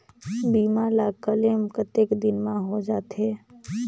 बीमा ला क्लेम कतेक दिन मां हों जाथे?